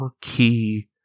key